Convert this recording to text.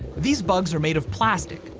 these bugs are made of plastic,